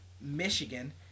Michigan